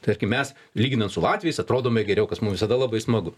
tarkim mes lyginant su latviais atrodome geriau kas mum visada labai smagu